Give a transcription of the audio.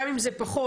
גם אם זה פחות,